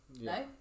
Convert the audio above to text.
no